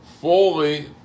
fully